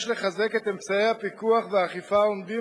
יש לחזק את אמצעי הפיקוח והאכיפה העומדים